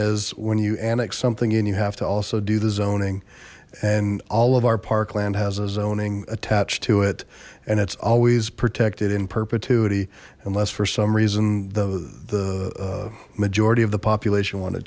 is when you annex something in you have to also do the zoning and all of our parkland has a zoning attached to it and it's always protected in perpetuity unless for some reason the the majority of the population want to